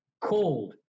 cold